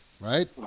right